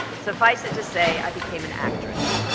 suffice it to say i became an actress.